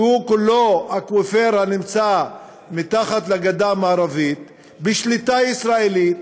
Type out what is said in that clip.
שהוא כולו אקוויפר הנמצא מתחת לגדה המערבית בשליטה ישראלית.